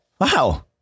wow